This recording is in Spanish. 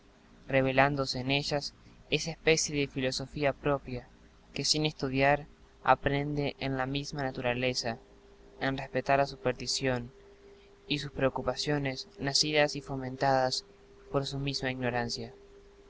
revelándose en ellas esa especie de filosofía propia que sin estudiar aprende en la misma naturaleza en respetar la superstición y sus preocupaciones nacidas y fomentadas por su misma ignorancia